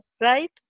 right